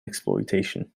exploitation